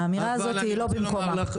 האמירה הזאת היא לא במקומה.